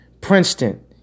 Princeton